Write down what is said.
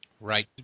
Right